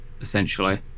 essentially